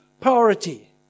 priority